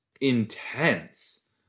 intense